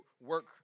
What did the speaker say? work